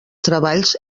treballs